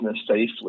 safely